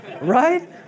right